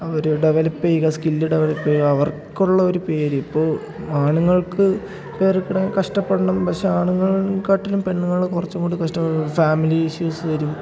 അവർ develop ചെയ്യുക skill develop ചെയ്യുക അവർക്കുള്ളൊരു പേര് ഇപ്പോൾ ആണുങ്ങൾക്ക് പേരൊക്കെയിടാൻ കഷ്ടപ്പെടണം പക്ഷേ ആണുങ്ങളെക്കാളും പെണ്ണുങ്ങൾ കുറച്ചും കൂടി കഷ്ടം ഫാമിലി ഇഷ്യൂസ് വരും